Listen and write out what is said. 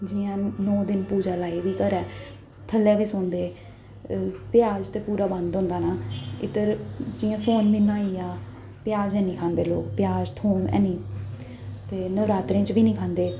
जि'यां नौ दिन पूजा लाई दी घरै थ'ल्लै गै सौंदे प्याज ते पूरा बंद होंदा ना इद्धर जि'यां सौंन म्हीनै होई गेआ प्याज नेईं खंदे लोक प्याज थूंम ऐनी ते नबरात्रें च बी नेईं खंदे